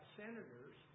senators